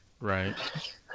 Right